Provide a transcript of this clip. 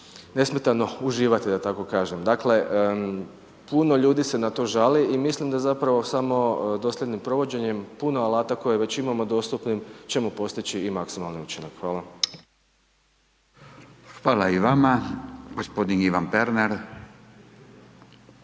nesmetano uživati da tako kažem. Dakle puno ljudi se na to žali i mislim da zapravo samo dosljednim provođenjem puno alata koje već imamo dostupnim ćemo postići i maksimalni učinak. Hvala. **Radin, Furio